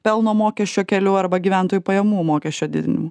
pelno mokesčio keliu arba gyventojų pajamų mokesčio didinimu